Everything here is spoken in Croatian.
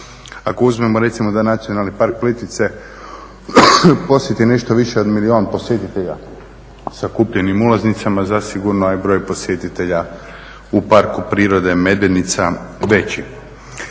Ako uzmemo recimo da Nacionalni park Plitvice posjeti nešto više od milijun posjetitelja sa kupljenim ulaznicama, zasigurno je broj posjetitelja u Parku prirode Medvednica veći.